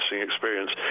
experience